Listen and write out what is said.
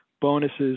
bonuses